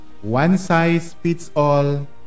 one-size-fits-all